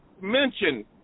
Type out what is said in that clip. mention